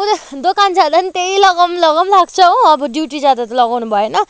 म त दोकान जाँदा पनि त्यही लगाउँ लगाउँ लाग्छ हो अब ड्युटी जाँदा त लगाउनु भएन